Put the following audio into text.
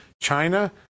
China